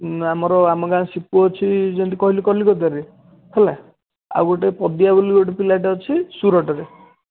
ଆମର ଆମ ଗାଁ ସିପୁ ଅଛି ଯେମତି କହିଲି କଲିକତାରେ ହେଲା ଆଉ ଗୋଟେ ପଦିଆ ବୋଲି ଗୋଟେ ପିଲାଟେ ଅଛି ସୁରଟରେ